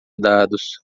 dados